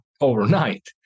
overnight